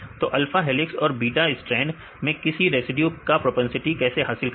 तो alpha helix और beta strand में किसी रेसिड्यू का प्रोपेंसिटी कैसे हासिल करें